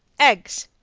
eggs.